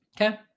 Okay